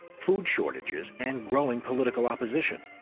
food shortages and growing political opposition.